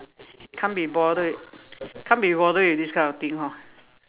can't be bothered can't be bothered with this kind of things hor